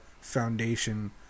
foundation